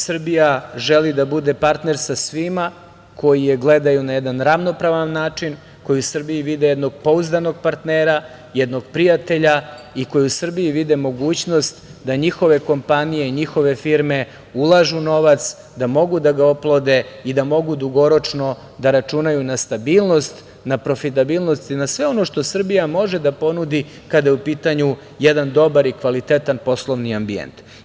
Srbija želi da bude partner sa svima koji je gledaju na jedan ravnopravan način, koji u Srbiji vide jednog pouzdanog partnera, jednog prijatelja i koji u Srbiji vide mogućnost da njihove kompanije i njihove firme ulažu novac, da mogu da ga oplode i da mogu dugoročno da računaju na stabilnost, na profitabilnost i na sve ono što Srbija može da ponudi kada je u pitanju jedan dobar i kvalitetan poslovni ambijent.